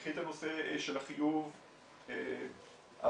קחי את הנושא של החיוב, הדו"ח,